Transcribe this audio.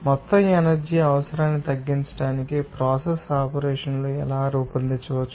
మొత్తం ఎనర్జీ అవసరాన్ని తగ్గించడానికి ప్రాసెస్ ఆపరేషన్లను ఎలా రూపొందించవచ్చు